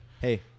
Hey